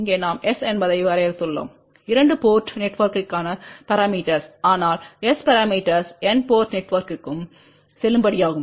இங்கே நாம் S என்பதை வரையறுத்துள்ளோம் 2 போர்ட் நெட்வொர்க்கிற்கான பரமீட்டர்ஸ் ஆனால் S பரமீட்டர்ஸ் n போர்ட் நெட்வொர்க்கிற்கும் செல்லுபடியாகும்